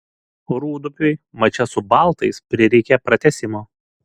rūdupiui mače su baltais prireikė pratęsimo